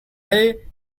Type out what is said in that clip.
day